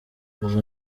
ubu